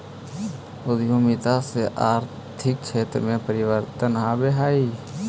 उद्यमिता से आर्थिक क्षेत्र में परिवर्तन आवऽ हई